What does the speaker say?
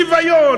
שוויון,